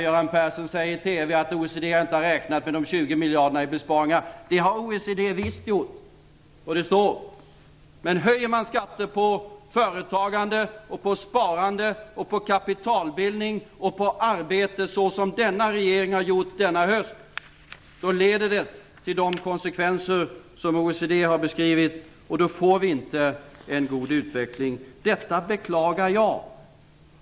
Göran Persson säger i TV att OECD inte har räknat med de 20 miljarderna i besparingar, men det har OECD visst gjort, och det har redovisats. Men höjer man skatter på företagande, sparande, kapitalbildning och arbete på det sätt som regeringen har gjort i höst, får det de konsekvenser som OECD har beskrivit, och då får vi inte en god utveckling. Detta beklagar jag.